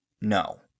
no